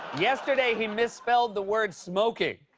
yesterday, he misspelled the word smoking.